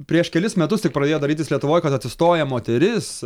prieš kelis metus tik pradėjo darytis lietuvoj kad atsistoja moteris